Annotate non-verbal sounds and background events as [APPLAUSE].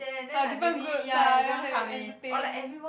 oh different groups ah [LAUGHS] entertain